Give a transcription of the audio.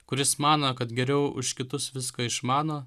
kuris mano kad geriau už kitus viską išmano